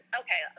okay